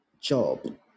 job